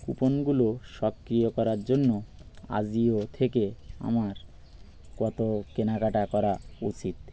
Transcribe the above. কুপনগুলো সক্রিয় করার জন্য আজিও থেকে আমার কত কেনাকাটা করা উচিত